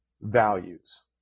values